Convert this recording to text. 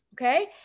okay